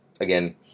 Again